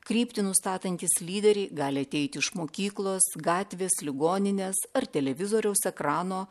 kryptį nustatantys lyderiai gali ateiti iš mokyklos gatvės ligoninės ar televizoriaus ekrano